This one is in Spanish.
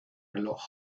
reloj